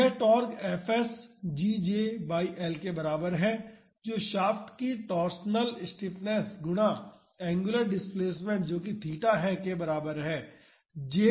तो यह torque fs GJ by L के बराबर है जो शाफ्ट की टॉरशनल स्टिफनेस गुणा एंगुलर डिस्प्लेसमेंट जो की थीटा है के बराबर है